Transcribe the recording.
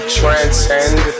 transcend